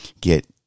get